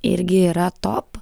irgi yra top